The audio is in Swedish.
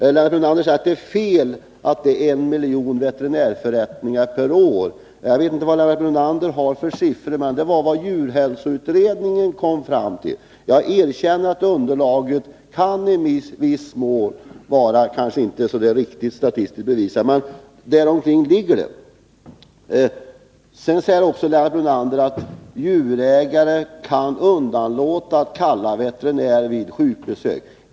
Lennart Brunander säger att uppgiften att det är en miljon veterinärförrättningar per år är fel. Jag vet inte vad Lennart Brunander har för siffror, men denna uppgift kom djurhälsoutredningen fram till. Jag erkänner att underlaget i viss mån kanske inte är riktigt statistiskt tillförlitligt, men antalet ligger i alla fall i närheten av denna nivå. Lennart Brunander säger att djurägare kan underlåta att kalla på veterinär vid sjukdom.